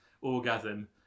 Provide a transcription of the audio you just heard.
orgasm